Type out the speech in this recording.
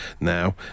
now